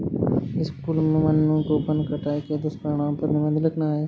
school में मन्नू को वन कटाई के दुष्परिणाम पर निबंध लिखना है